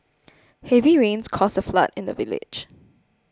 heavy rains caused a flood in the village